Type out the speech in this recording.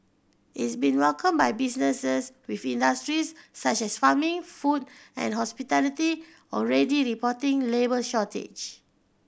is been welcomed by businesses with industries such as farming food and hospitality already reporting labour shortages